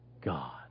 God